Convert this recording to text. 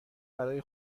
برای